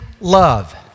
love